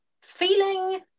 feeling